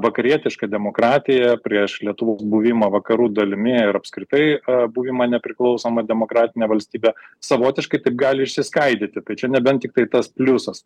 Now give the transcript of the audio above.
vakarietišką demokratiją prieš lietuvių buvimą vakarų dalimi ir apskritai buvimą nepriklausoma demokratine valstybe savotiškai taip gali išsiskaidyti tai čia nebent tiktai tas pliusas